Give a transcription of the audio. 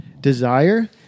desire